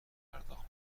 پرداخت